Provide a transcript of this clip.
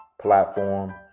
platform